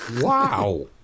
Wow